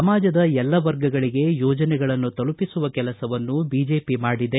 ಸಮಾಜದ ಎಲ್ಲ ವರ್ಗಗಳಿಗೆ ಯೋಜನೆಗಳನ್ನು ತಲುಪಿಸುವ ಕೆಲಸವನ್ನು ಬಿಜೆಪಿ ಮಾಡಿದೆ